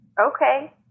Okay